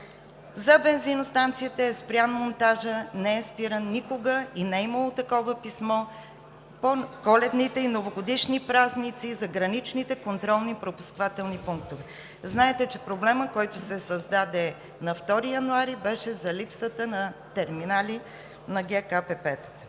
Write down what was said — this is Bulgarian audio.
За бензиностанциите. Монтажът не е спиран никога и не е имало такова писмо по коледните и новогодишни празници за граничните контролно-пропускателни пунктове. Знаете, че проблемът, който се създаде на 2 януари, беше за липсата на терминали на ГКПП-тата.